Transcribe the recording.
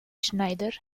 schneider